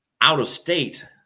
out-of-state